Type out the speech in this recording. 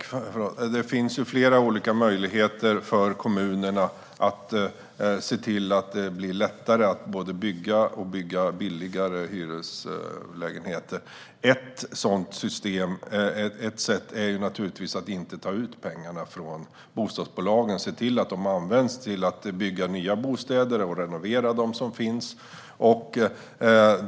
Herr talman! Det finns flera olika möjligheter för kommunerna att se till att det blir lättare att både bygga och bygga billigare hyreslägenheter. Ett sätt är naturligtvis att inte ta ut pengarna från bostadsbolagen utan se till att de används till att bygga nya bostäder och renovera dem som finns.